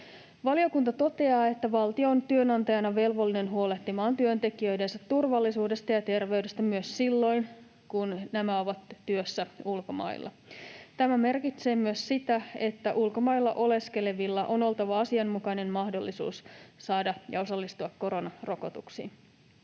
Valiokunta toteaa, että valtio on työnantajana velvollinen huolehtimaan työntekijöidensä turvallisuudesta ja terveydestä myös silloin, kun nämä ovat työssä ulkomailla. Tämä merkitsee myös sitä, että ulkomailla oleskelevilla on oltava asianmukainen mahdollisuus osallistua koronarokotuksiin.